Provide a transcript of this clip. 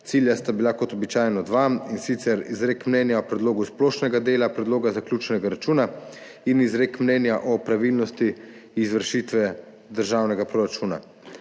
Cilja sta bila kot običajno dva, in sicer izrek mnenja o predlogu splošnega dela predloga zaključnega računa in izrek mnenja o pravilnosti izvršitve državnega proračuna.